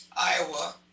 Iowa